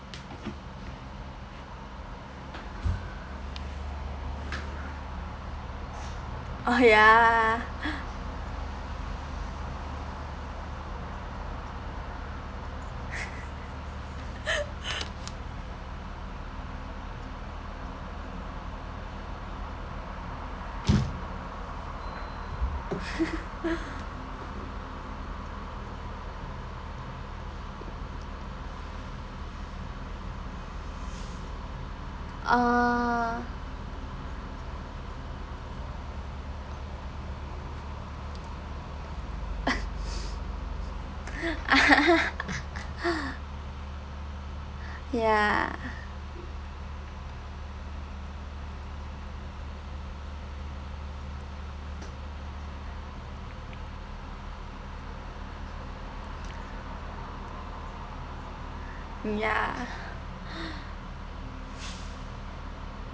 oh ya uh ya ya